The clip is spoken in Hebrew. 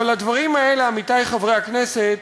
אבל לדברים האלה, עמיתי חברי הכנסת,